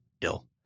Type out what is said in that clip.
ill